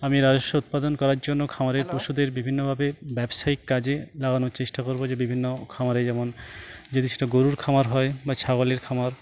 আমি রাজস্ব উৎপাদন করার জন্য খামারের পশুদের বিভিন্নভাবে ব্যবসায়িক কাজে লাগানোর চেষ্টা করবো যে বিভিন্ন খামারে যেমন যদি সেটা গরুর খামার হয় বা ছাগলের খামার